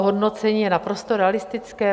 Hodnocení je naprosto realistické.